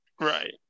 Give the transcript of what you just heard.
Right